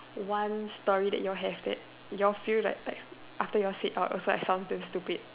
one story that you all have that you all feel like like after you all said out also like sounds damn stupid